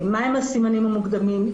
מהם הסימנים המוקדמים,